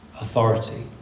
authority